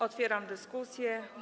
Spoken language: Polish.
Otwieram dyskusję.